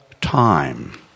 time